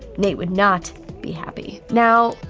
nate would not be happy. now,